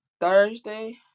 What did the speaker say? Thursday